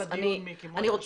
תודה על הדיון, מיקי, מאוד חשוב.